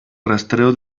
rastreo